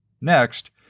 Next